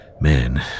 man